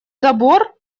забор